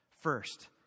first